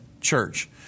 church